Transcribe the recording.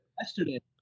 Yesterday